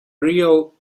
real